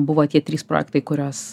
buvo tie trys projektai kuriuos